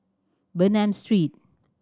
Bernam Street